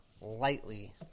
lightly